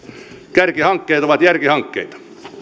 kärkihankkeet ovat järkihankkeita